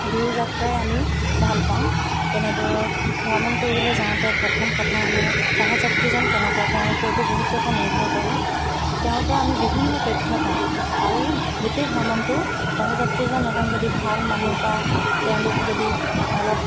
দূৰ যাত্ৰাই আমি ভাল পাওঁ তেনেদৰে ভ্ৰমণ কৰিবলৈ যাওঁতে প্ৰথম কথা আমাৰ সহযাত্ৰীজন কেনেকুৱা তেওঁৰ ওপৰতো বহুত কথা নিৰ্ভৰ কৰে তেওঁৰ পৰা আমি বিভিন্ন তথ্য পাওঁ আৰু গোটেই ভ্ৰমণটো সহযাত্ৰীজন এজন যদি ভাল মানুহ বা তেওঁলোক যদি অলপ